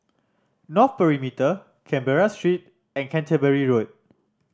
North Perimeter Road Canberra Street and Canterbury Road